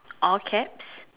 all caps